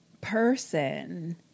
Person